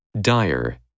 Dire